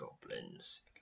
goblins